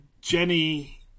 Jenny